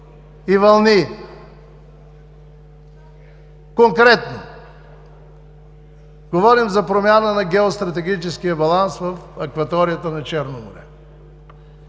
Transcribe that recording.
и вълни. Конкретно! Говорим за промяна на геостратегическия баланс в акваторията на Черно море.